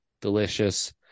delicious